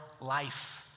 life